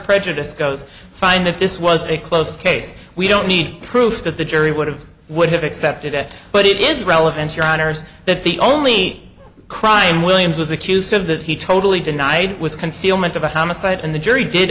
prejudice goes fine if this was a close case we don't need proof that the jury would have would have accepted it but it is relevant your honour's that the only crime williams was accused of that he totally denied was concealment of a homicide and the jury did